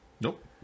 Nope